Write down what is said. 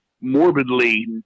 morbidly